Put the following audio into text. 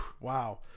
Wow